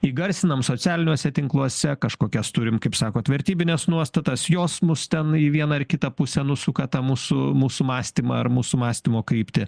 įgarsinam socialiniuose tinkluose kažkokias turim kaip sakot vertybines nuostatas jos mus ten į vieną ar kitą pusę nusuka tą mūsų mūsų mąstymą ar mūsų mąstymo kryptį